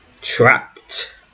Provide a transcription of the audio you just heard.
trapped